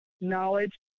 knowledge